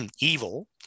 Evil